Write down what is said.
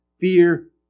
fear